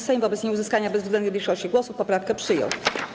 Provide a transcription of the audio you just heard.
Sejm wobec nieuzyskania bezwzględnej większości głosów poprawkę przyjął.